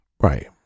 Right